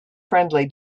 friendly